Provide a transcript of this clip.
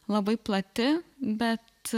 labai plati bet